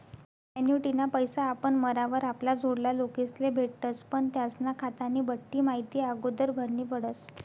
ॲन्युटीना पैसा आपण मरावर आपला जोडला लोकेस्ले भेटतस पण त्यास्ना खातानी बठ्ठी माहिती आगोदर भरनी पडस